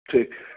ٹھیک ہے